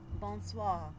Bonsoir